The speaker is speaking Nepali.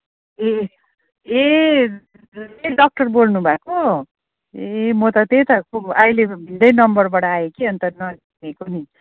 ए ए डक्टर बोल्नुभएको ए म त त्यही त को अहिले भिन्दै नम्बरबाट आयो कि अनि त नचिनेको नि